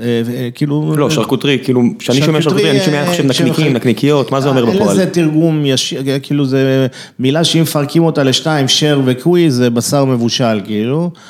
‫כאילו... ‫-לא, שרקוטרי, כאילו, ‫כשאני שומע שרקוטרי, ‫אני שומע נקניקים, נקניקיות, ‫מה זה אומר בכלל? ‫-אין לזה תרגום ישיר, ‫כאילו, זה מילה שאם מפרקים אותה ‫לשתיים, שר וקווי, זה בשר מבושל, כאילו.